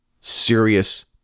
serious